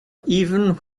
even